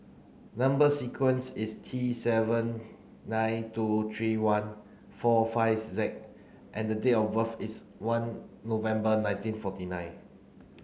number sequence is T seven nine two three one four five Z and date of birth is one November nineteen forty nine